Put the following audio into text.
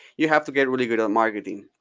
you have to get really good at marketing.